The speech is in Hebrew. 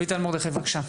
רויטל מרדכי, בבקשה.